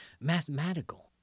mathematical